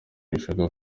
rishaka